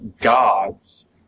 gods